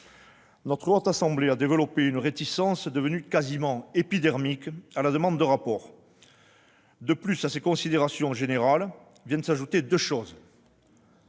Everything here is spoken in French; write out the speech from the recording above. La Haute Assemblée a développé une réticence devenue quasi épidermique à la demande de rapports. À ces considérations générales viennent s'ajouter deux choses